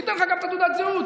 שייתן לך גם את תעודת הזהות.